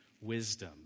wisdom